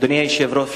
אדוני היושב-ראש,